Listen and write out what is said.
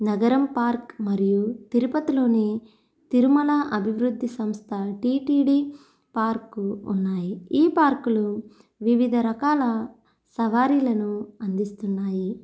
నగరం పార్క్ మరియు తిరుపతిలోని తిరుమల అభివృద్ధి సంస్థ టీటీడీ పార్కులు ఉన్నాయి ఈ పార్కులు వివిధ రకాల సవారిలను అందిస్తున్నాయి